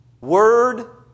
Word